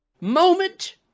moment